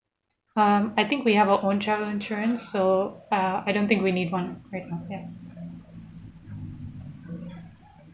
um I think we have our own travel insurance so ah I don't think we need one